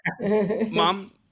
mom